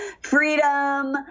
Freedom